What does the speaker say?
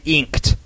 inked